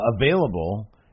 available